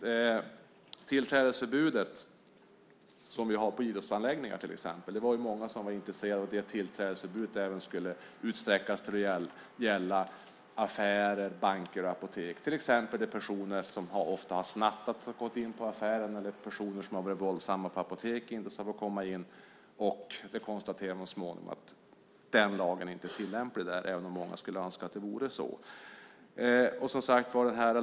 Det tillträdesförbud som vi har på idrottsanläggningar till exempel var det många som var intresserade av skulle utsträckas till att gälla affärer, banker och apotek. Det kan handla om personer som har snattat och gått in i affären eller personer som har blivit våldsamma på apotek som inte ska få komma in. Man konstaterade så småningom att den lagen inte är tillämplig där, även om många skulle önska att det vore så.